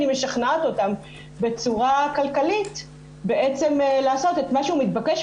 ואני משכנעת אותם בצורה כלכלית לעשות את מה שהוא מתבקש,